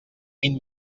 vint